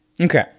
okay